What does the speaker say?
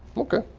ok,